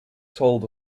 told